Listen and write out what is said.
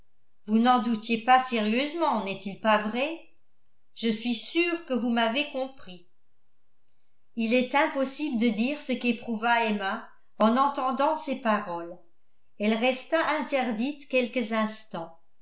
vous n'en doutiez pas sérieusement n'est-il pas vrai je suis sûr que vous m'avez compris il est impossible de dire ce qu'éprouva emma en entendant ces paroles elle resta interdite quelques instants